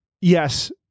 yes